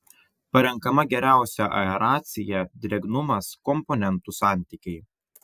parenkama geriausia aeracija drėgnumas komponentų santykiai